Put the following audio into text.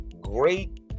Great